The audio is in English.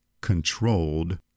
controlled